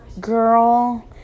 girl